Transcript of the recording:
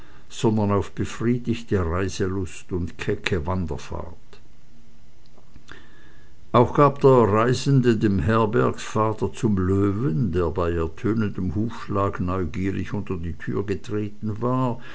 sondern auf befriedigte reiselust und kecke wanderfahrt auch gab der reisende dem herbergsvater zum löwen der bei ertönendem hufschlag neugierig unter die tür getreten war